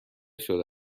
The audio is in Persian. شده